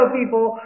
people